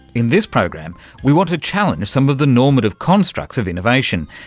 in this program we want to challenge some of the normative constructs of innovation.